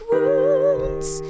Wounds